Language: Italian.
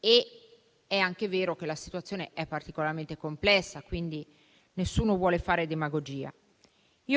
È anche vero, però, che la situazione è particolarmente complessa e, quindi, nessuno vuole fare demagogia.